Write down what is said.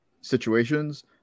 situations